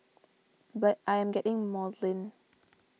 but I am getting maudlin